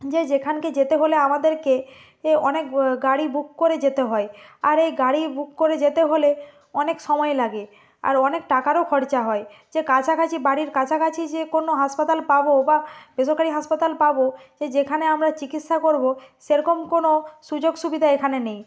যে যেখানকে যেতে হলে আমাদেরকে এ অনেক গাড়ি বুক করে যেতে হয় আর এই গাড়ি বুক করে যেতে হলে অনেক সময় লাগে আর অনেক টাকারও খরচা হয় যে কাছাকাছি বাড়ির কাছাকাছি যে কোনো হাসপাতাল পাবো বা বেসরকারি হাসপাতাল পাবো যে যেখানে আমরা চিকিৎসা করবো সেরকম কোনো সুযোগ সুবিধা এখানে নেই